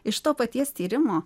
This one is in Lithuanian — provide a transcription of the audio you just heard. iš to paties tyrimo